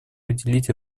уделить